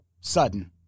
sudden